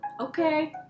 Okay